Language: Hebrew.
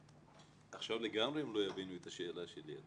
עכשיו לגמרי הם לא יבינו את השאלה שלי.